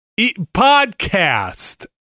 Podcast